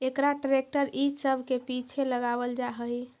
एकरा ट्रेक्टर इ सब के पीछे लगावल जा हई